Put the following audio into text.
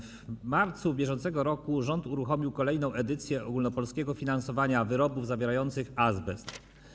W marcu br. rząd uruchomił kolejną edycję ogólnopolskiego finansowania usuwania wyrobów zawierających azbest.